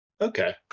Okay